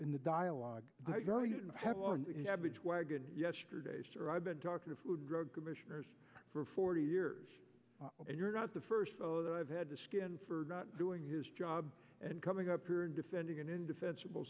in the dialogue have on average wagon yesterday's or i've been talking food drug commissioners for forty years and you're not the first so that i've had to skin for not doing his job and coming up here and defending an indefensible